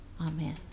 Amen